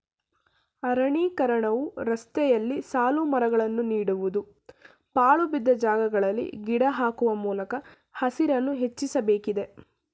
ಅರಣ್ಯೀಕರಣವು ರಸ್ತೆಯಲ್ಲಿ ಸಾಲುಮರಗಳನ್ನು ನೀಡುವುದು, ಪಾಳುಬಿದ್ದ ಜಾಗಗಳಲ್ಲಿ ಗಿಡ ಹಾಕುವ ಮೂಲಕ ಹಸಿರನ್ನು ಹೆಚ್ಚಿಸಬೇಕಿದೆ